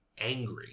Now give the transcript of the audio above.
angry